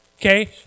okay